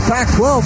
Pac-12